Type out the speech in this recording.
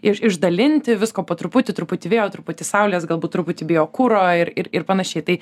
iš išdalinti visko po truputį truputį vėjo truputį saulės galbūt truputi biokuro ir ir panašiai tai